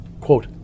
quote